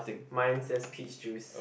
mine says peach juice